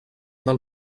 del